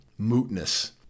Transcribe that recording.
mootness